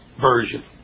version